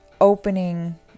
opening